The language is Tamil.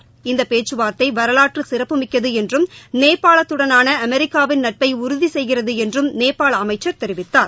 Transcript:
இநதபேச்சுவார்த்தைவரலாற்றுசிறப்புமிக்கதுஎன்றும் நேபாளத்துடனானஅமெரிக்காவின் நட்பைஉறுதிசெய்கிறதுஎன்றும் நேபாளஅமைச்சர் தெரிவித்தார்